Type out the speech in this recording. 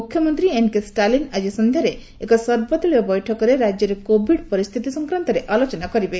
ମୁଖ୍ୟମନ୍ତ୍ରୀ ଏନକେ ଷ୍ଟାଲିନ୍ ଆଜି ସନ୍ଧ୍ୟାରେ ଏକ ସର୍ବଦଳୀୟ ବୈଠକରେ ରାଜ୍ୟରେ କୋଭିଡ ପରିସ୍ଥିତି ସଂକ୍ରାନ୍ତରେ ଆଲୋଚନା କରିବେ